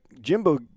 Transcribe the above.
Jimbo